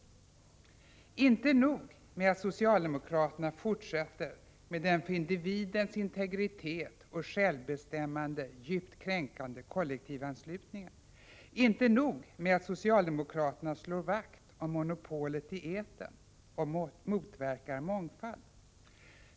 Inte nog med att socialdemokraterna fortsätter den för individernas integritet och självbestämmande djupt kränkande kollektivanslutningen. Inte nog med att socialdemokraterna slår vakt om monopolet i etern och motverkar mångfald.